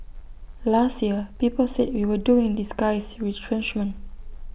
last year people said we were doing disguised retrenchment